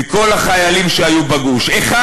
מכל החיילים שהיו בגוש, אחד.